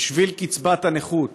בשביל קצבת הנכות